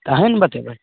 तऽ अहीँ ने बतेबै